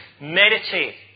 meditate